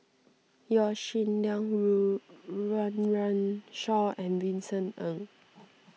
Yaw Shin Leong rule Run Run Shaw and Vincent Ng